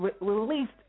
released